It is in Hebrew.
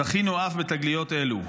זכינו אף בתגליות אלו.